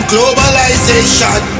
Globalization